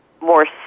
more